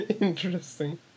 interesting